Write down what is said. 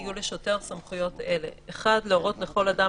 יהיו לשוטר סמכויות אלה: (1) להורות לכל אדם